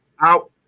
Out